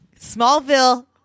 smallville